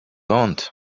want